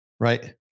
Right